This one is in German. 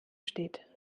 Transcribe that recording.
steht